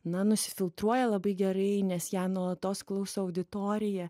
na nusifiltruoja labai gerai nes ją nuolatos klauso auditorija